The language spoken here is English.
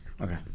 okay